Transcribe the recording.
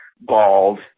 bald